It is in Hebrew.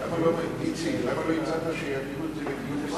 להעביר את הנושא